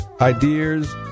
ideas